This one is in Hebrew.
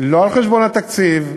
לא על חשבון התקציב,